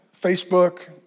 Facebook